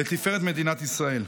לתפארת מדינת ישראל.